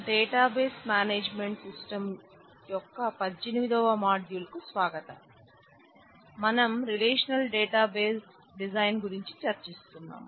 database management system గురించి చర్చిస్తున్నాం